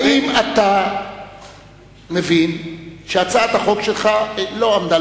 האם אתה מבין שהצעת החוק שלך לא עמדה על